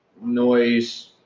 noise,